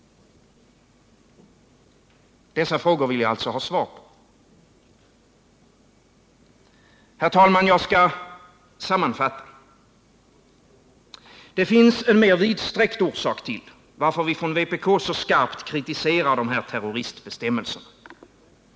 Dessa frågor vill jag alltså ha svar på. Herr talman! Jag skall sammanfatta. Det finns en mer vidsträckt orsak till att vi från vpk så skarpt kritiserar terroristbestämmelserna.